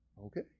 Okay